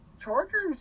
Chargers